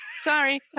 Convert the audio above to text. Sorry